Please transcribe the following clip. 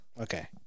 Okay